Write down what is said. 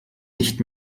nicht